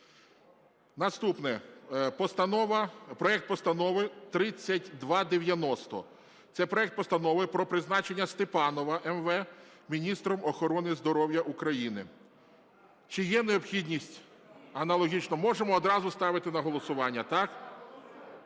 Наступне: проект постанови 3290 - це проект Постанови про призначення Степанова М. В. міністром охорони здоров'я України. Чи є необхідність? Аналогічно можемо одразу ставити на голосування, так?